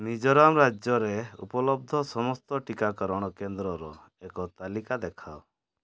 ମିଜୋରାମ୍ ରାଜ୍ୟରେ ଉପଲବ୍ଧ ସମସ୍ତ ଟିକାକରଣ କେନ୍ଦ୍ରର ଏକ ତାଲିକା ଦେଖାଅ